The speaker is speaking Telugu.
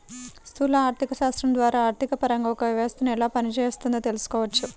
స్థూల ఆర్థికశాస్త్రం ద్వారా ఆర్థికపరంగా ఒక వ్యవస్థను ఎలా పనిచేస్తోందో తెలుసుకోవచ్చు